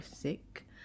sick